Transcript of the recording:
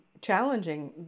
challenging